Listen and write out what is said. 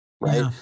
right